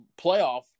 playoff